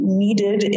needed